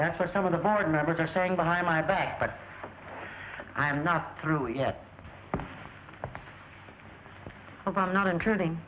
that's where some of the board members are saying behind my back but i'm not through yet i'm not intruding